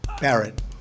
barrett